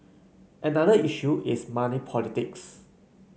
another issue is money politics